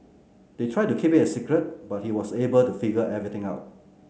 they tried to keep its a secret but he was able to figure everything out